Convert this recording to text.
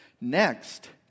Next